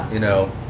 you know.